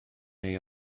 neu